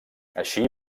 així